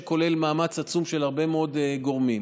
שכולל מאמץ עצום של הרבה מאוד גורמים.